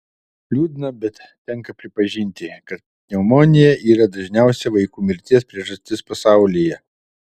liūdna bet tenka pripažinti kad pneumonija yra dažniausia vaikų mirties priežastis pasaulyje